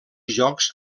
jocs